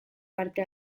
parte